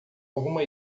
alguma